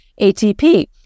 ATP